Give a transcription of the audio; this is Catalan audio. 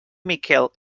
miquel